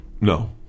no